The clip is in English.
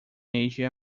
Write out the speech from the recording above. asia